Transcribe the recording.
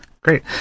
Great